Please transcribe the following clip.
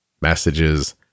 messages